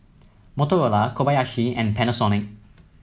Motorola Kobayashi and Panasonic